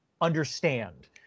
understand